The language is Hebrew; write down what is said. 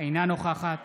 אינה נוכחת